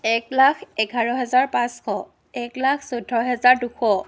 এক লাখ এঘাৰ হাজাৰ পাঁচশ এক লাখ চৈধ্য হাজাৰ দুশ